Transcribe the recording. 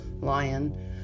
lion